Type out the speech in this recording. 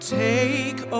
take